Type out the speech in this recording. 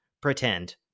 pretend